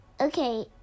okay